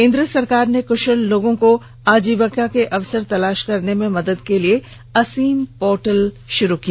केन्द्र सरकार ने कुशल लोगों को आजीविका के अवसर तलाश करने में मदद के लिए असीम पोर्टल शुरू किया